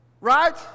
Right